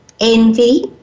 envy